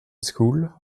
school